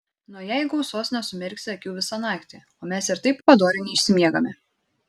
nuo jei gausos nesumerksi akių visą naktį o mes ir taip padoriai neišsimiegame